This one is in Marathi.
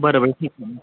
बरं बरं ठीक आहे ना